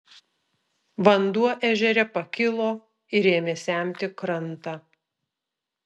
vanduo ežere pakilo ir ėmė semti krantą